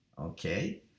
Okay